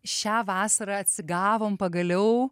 šią vasarą atsigavom pagaliau